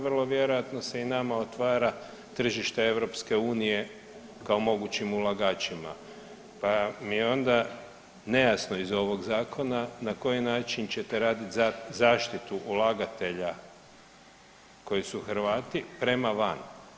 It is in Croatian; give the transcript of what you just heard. Vrlo vjerojatno se i nama otvara tržište EU kao mogućim ulagačima, pa mi je onda nejasno iz ovog zakona na koji način ćete raditi zaštitu ulagatelja koji su Hrvati prema van.